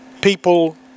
people